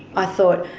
i thought,